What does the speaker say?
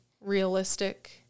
realistic